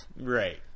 Right